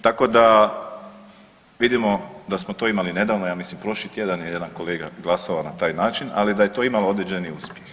Tako da vidimo da smo to imali nedavno, ja mislim prošli tjedan je jedan kolega glasovao na taj način, ali da je to imalo određeni uspjeh.